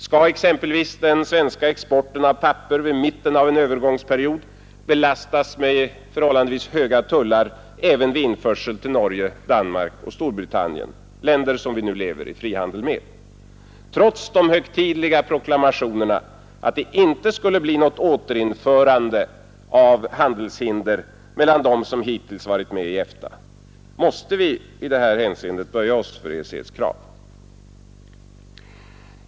Skall exempelvis den svenska exporten av papper vid mitten av en övergångsperiod belastas med förhållandevis höga tullar även vid införsel till Norge, Danmark och Storbritannien, länder som vi nu lever i frihandel med, trots de högtidliga proklamationerna att det inte skulle bli något återinförande av handelshinder mellan dem som hittills varit med i EFTA? Måste vi i det här hänseendet böja oss för EEC:s krav?